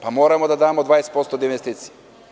Pa moramo da damo 20% od investicija.